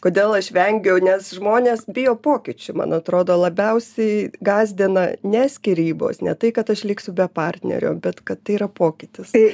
kodėl aš vengiu nes žmonės bijo pokyčių man atrodo labiausiai gąsdina ne skyrybos ne tai kad aš liksiu be partnerio bet kad tai yra pokytis tai